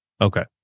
Okay